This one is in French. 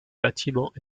bâtiment